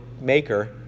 maker